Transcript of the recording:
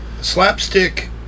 Slapstick